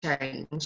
change